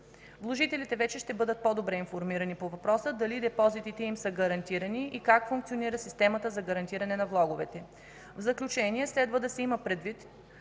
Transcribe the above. Вложителите вече ще бъдат по-добре информирани по въпроса дали депозитите им са гарантирани и как функционира системата за гарантиране на влоговете. В заключение, следва да се има предвид,